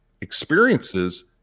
experiences